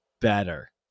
better